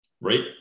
Right